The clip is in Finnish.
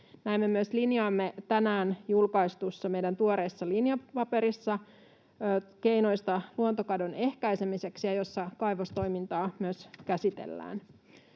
Näin me myös linjaamme tänään julkaistussa tuoreessa linjapaperissamme keinoista luontokadun ehkäisemiseksi, ja jossa kaivostoimintaa myös käsitellään.